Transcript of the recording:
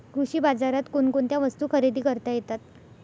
कृषी बाजारात कोणकोणत्या वस्तू खरेदी करता येतात